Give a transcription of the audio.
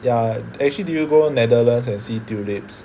ya actually did you go Netherlands and see tulips